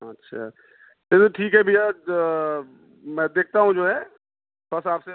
अच्छा चलो ठीक है भैया मैं देखता हूँ जो है थोड़ा सा आपसे